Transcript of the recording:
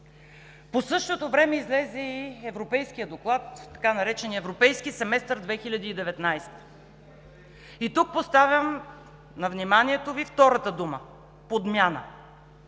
По същото време излезе и европейският доклад – така нареченият Европейски семестър 2019. И тук поставям на вниманието Ви втората дума – подмяна.